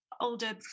older